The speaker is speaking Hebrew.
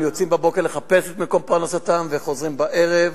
הם יוצאים בבוקר לחפש את מקום פרנסתם וחוזרים בערב.